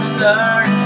learn